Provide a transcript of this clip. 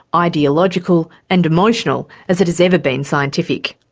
ideological and emotional as it has ever been scientific.